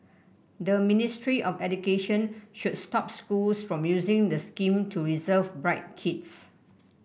the Ministry of Education should stop schools from using the scheme to reserve bright kids